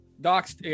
Doc's